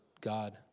God